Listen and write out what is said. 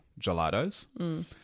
gelatos